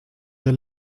der